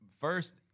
first